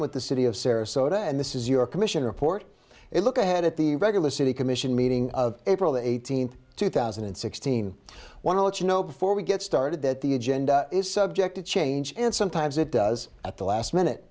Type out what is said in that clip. with the city of sarasota and this is your commission report a look ahead at the regular city commission meeting of april eighteenth two thousand and sixteen want to let you know before we get started that the agenda is subject to change and sometimes it does at the last minute